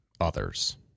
others